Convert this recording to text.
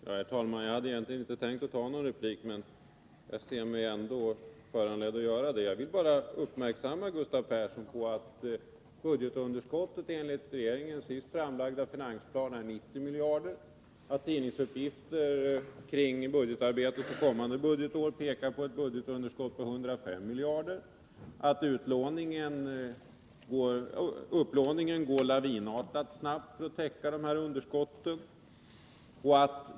Herr talman! Jag hade egentligen inte tänkt begära någon replik, men jag ser mig ändå efter Gustav Perssons inlägg föranledd att göra det. Jag vill göra Gustav Persson uppmärksam på att budgetunderskottet enligt regeringens senast framlagda finansplan är 90 miljarder. Tidningsuppgifter kring budgetarbetet för kommande budgetår pekar på ett budgetunderskott på 100-105 miljarder. Upplåningen för att täcka dessa underskott går lavinartat snabbt. Räntekostnaderna ser ut att bli oss övermäktiga.